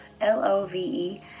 L-O-V-E